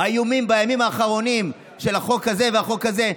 האיומים בימים האחרונים של החוק הזה והחוק הזה,